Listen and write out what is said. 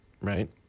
right